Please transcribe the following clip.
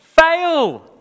Fail